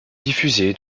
diffusé